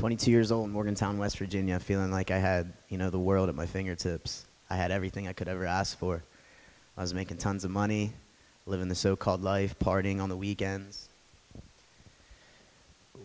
twenty two years old morgantown west virginia feeling like i had you know the world at my fingertips i had everything i could ever ask for i was making tons of money live in the so called life partying on the weekends